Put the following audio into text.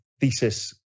thesis